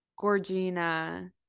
Gorgina